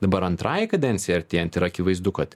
dabar antrai kadencijai artėjant yra akivaizdu kad